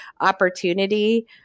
opportunity